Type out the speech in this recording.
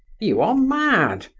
you are mad!